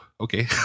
okay